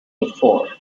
before